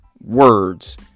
words